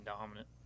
dominant